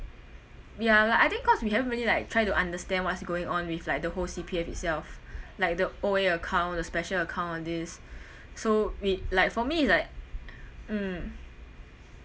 ya like I think cause we haven't really like try to understand what's going on with like the whole C_P_F itself like the O_A account the special account on this so we like for me is like mm